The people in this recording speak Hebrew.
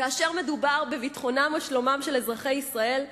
"כאשר מדובר בביטחונם ושלומם של אזרחי ישראל,